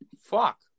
Fuck